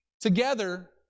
together